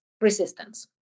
resistance